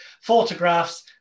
photographs